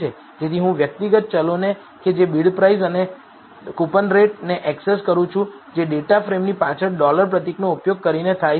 તેથી હું વ્યક્તિગત ચલોને કે જે બિડપ્રાઇસ અને કૂપનરેટ ને એક્સેસ કરું છું જે ડેટાફ્રેમની પાછળ ડોલર પ્રતીકનો ઉપયોગ કરીને થાય છે